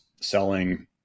selling